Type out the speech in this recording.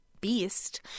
beast